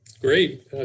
Great